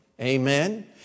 Amen